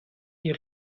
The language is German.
die